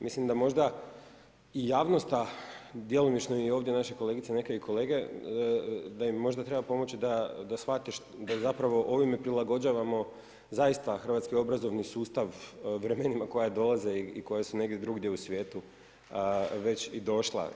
Mislim da možda i javnost a i djelomično i ovdje naši kolegice neke i kolege, da im možda treba pomoći da shvate, da zapravo ovime prilagođavamo zaista hrvatski obrazovni sustav u vremenima koja dolaze i koja su negdje drugdje u svijetu već i došla.